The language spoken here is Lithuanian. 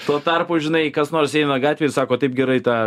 tuo tarpu žinai kas nors eina gatvėj ir sako taip gerai tą